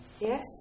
Yes